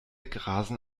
grasen